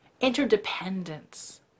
interdependence